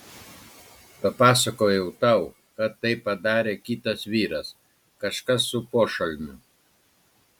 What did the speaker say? papasakojau tau kad tai padarė kitas vyras kažkas su pošalmiu